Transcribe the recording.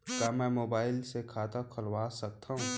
का मैं मोबाइल से खाता खोलवा सकथव?